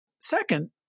Second